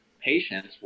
patients